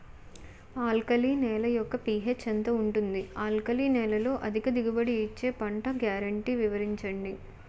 Alkali నేల యెక్క pH ఎంత ఉంటుంది? ఆల్కలి నేలలో అధిక దిగుబడి ఇచ్చే పంట గ్యారంటీ వివరించండి?